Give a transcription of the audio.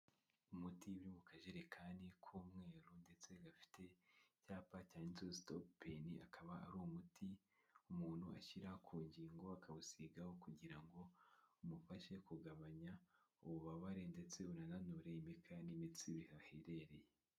Umuti uri mu kajerekani k'umweru ndetse gafite icyapa cyanditseho sitopeni, akaba ari umuti umuntu ashyira ku ngingo, akawusigaho kugira ngo umufashe kugabanya ububabare ndetse unanure imikaya n'imitsi bihaherereye.